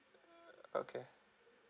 okay